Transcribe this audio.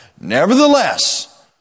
Nevertheless